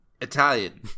Italian